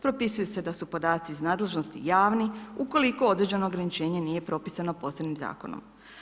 Propisuje se da su podaci iz nadležnosti javni ukoliko određeno ograničenje nije propisano posebnim zakonom.